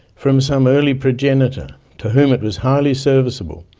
from some early progenitor, to whom it was highly serviceable,